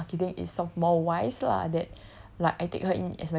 obviously if she were to come in marketing is of more wise lah that